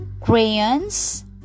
crayons